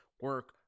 Work